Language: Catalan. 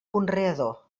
conreador